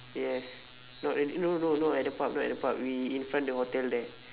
yes not at no no no not at the pub not at the pub we in front the hotel there